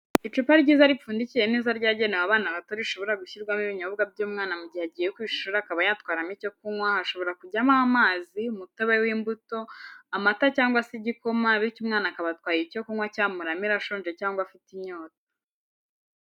Icupa ryiza ripfundikiye neza ryagenewe abana bato rishobora gushyirwamo ibinyobwa by'umwana mu gihe agiye ku ishuri akaba yatwaramo icyo kunywa hashobora kujyamo amazi umutobe w'imbuto, amata cyangwa se igikoma bityo umwana akaba atwaye icyo kunywa cyamuramira ashonje cyangwa afite inyota